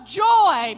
joy